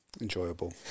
enjoyable